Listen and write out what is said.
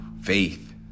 faith